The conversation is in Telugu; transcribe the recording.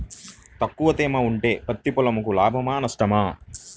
తక్కువ తేమ ఉంటే పత్తి పొలంకు లాభమా? నష్టమా?